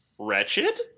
wretched